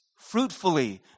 fruitfully